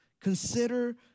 Consider